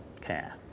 care